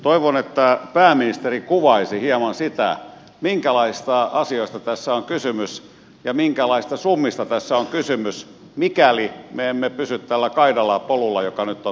toivon että pääministeri kuvaisi hieman sitä minkälaisista asioista tässä on kysymys ja minkälaisista summista tässä on kysymys mikäli me emme pysy tällä kaidalla polulla joka nyt on valittu